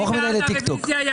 מי בעד קבלת הרביזיה?